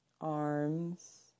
arms